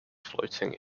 floating